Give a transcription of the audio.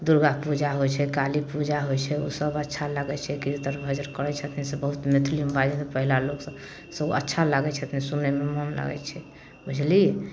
दुर्गा पूजा होइ छै काली पूजा होइ छै ओसब अच्छा लगै छै कीर्तन भजन करै छथिन से बहुत मैथिलीमे बाजै छथिन पहिला लोकसब अच्छा लागै छथिन सुनैमे मोन लगै छै बुझलिए